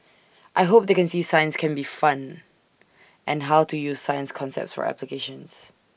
I hope they can see science can be fun and how to use science concepts for applications